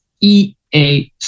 EA